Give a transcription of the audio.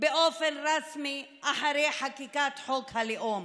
באופן רשמי אחרי חקיקת חוק הלאום.